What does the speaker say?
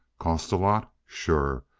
cost a lot. sure.